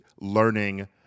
learning